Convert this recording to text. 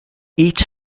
each